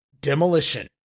Demolition